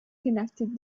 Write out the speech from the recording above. connected